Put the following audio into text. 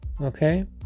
Okay